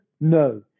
No